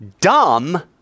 dumb